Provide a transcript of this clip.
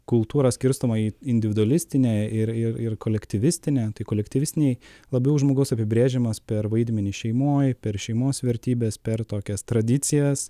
kultūra skirstoma į individualistinę ir ir ir kolektyvistinę tai kolektyvistinėj labiau žmogus apibrėžiamas per vaidmenį šeimoj per šeimos vertybes per tokias tradicijas